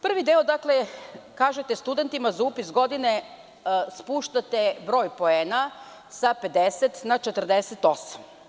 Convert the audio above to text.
Prvi deo, kažete, studentima za upis godine spuštate broj poena sa 50 na 48.